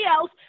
else